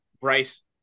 Bryce